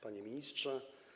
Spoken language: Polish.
Panie Ministrze!